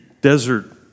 desert